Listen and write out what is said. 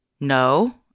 No